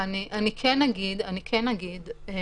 אני כן אגיד שלהבנתנו